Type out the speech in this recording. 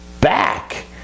back